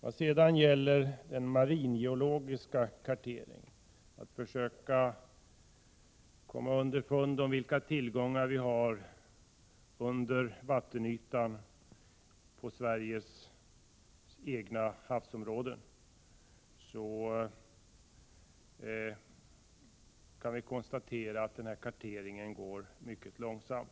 Vad sedan gäller den maringeologiska karteringen — dvs. arbetet med att försöka komma underfund med vilka tillgångar som finns under vattenytan i svenska havsområden — kan vi konstatera att arbetet går mycket långsamt.